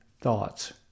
thoughts